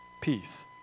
Peace